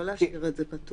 לא להשאיר את זה פתוח.